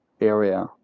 area